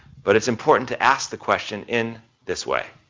but it's important to ask the question in this way.